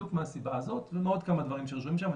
בדיוק מהסיבה הזאת ומעוד כמה דברים שרשומים שם.